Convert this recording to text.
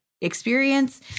experience